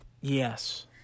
Yes